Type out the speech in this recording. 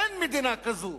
אין מדינה כזו.